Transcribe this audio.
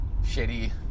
shitty